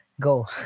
go